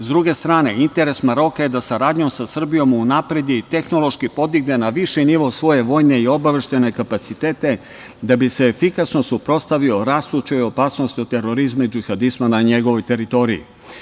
S druge strane, interes Maroka je da saradnjom sa Srbijom unapredi i tehnološki podigne na viši nivo svoje vojne i obaveštajne kapacitete, da bi se efikasno suprotstavio rastućoj opasnosti od terorizma i džihadizma na njegovoj teritoriji.